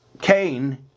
Cain